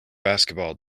basketball